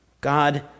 God